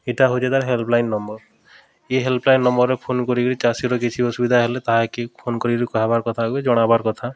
ଇଟା ହେଉଛେ ତା'ର୍ ହେଲ୍ପଲାଇନ୍ ନମ୍ବର୍ ଏ ହେଲ୍ପଲାଇନ୍ ନମ୍ବର୍ରେ ଫୋନ୍ କରିକିରି ଚାଷୀର୍ କିଛି ଅସୁବିଧା ହେଲେ ତାହାକେ ଫୋନ୍ କରିକିରି କହେବାର୍ କଥା କି ଜଣାବାର୍ କଥା